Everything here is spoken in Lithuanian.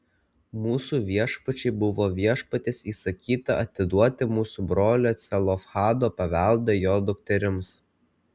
mūsų viešpačiui buvo viešpaties įsakyta atiduoti mūsų brolio celofhado paveldą jo dukterims